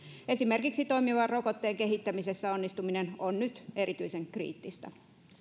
esimerkiksi toimivan rokotteen kehittämisessä onnistuminen on nyt erityisen kriittistä